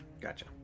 Gotcha